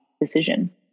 decision